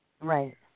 Right